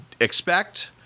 expect